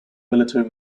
military